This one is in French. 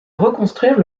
reconstruire